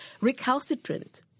recalcitrant